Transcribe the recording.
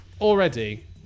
already